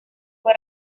fue